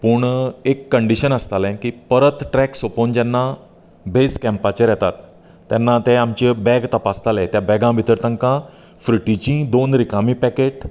पूण एक कंडिशन आसतालें की परत ट्रेक सोंपवन जेन्ना बेज कँपाचेर येता तेन्ना तें आमचें बेग तपासतालें त्या बेगा भितर तांकां फ्रुटीची दोन रिकामी पेकेट